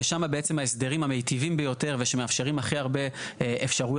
ושם בעצם ההסדרים המיטיבים ביותר ושמאפשרים הכי הרבה אפשרויות